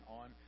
on